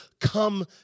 come